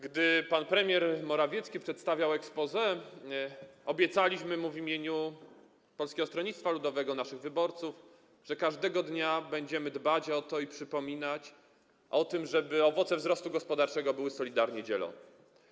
Gdy pan premier Morawiecki przedstawiał exposé, obiecaliśmy mu w imieniu Polskiego Stronnictwa Ludowego, naszych wyborców, że każdego dnia będziemy dbać o to i przypominać o tym, żeby owoce wzrostu gospodarczego były solidarnie dzielone.